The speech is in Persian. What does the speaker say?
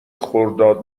خرداد